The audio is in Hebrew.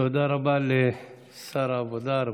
תודה רבה לשר העבודה,